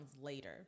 later